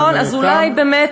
נכון, אז אולי באמת